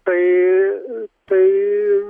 tai tai